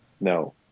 No